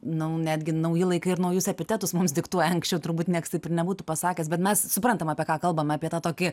nau netgi nauji laikai ir naujus epitetus mums diktuoja anksčiau turbūt nieks taip ir nebūtų pasakęs bet mes suprantam apie ką kalbam ar apie tą tokį